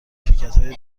شرکتهای